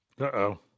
Uh-oh